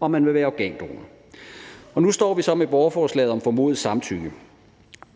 om man vil være organdonor. Nu står vi så med borgerforslaget om formodet samtykke.